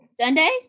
Sunday